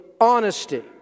honesty